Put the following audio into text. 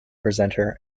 presenter